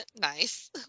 Nice